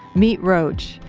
meet roach,